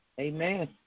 Amen